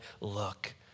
look